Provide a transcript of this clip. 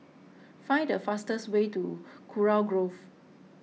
find the fastest way to Kurau Grove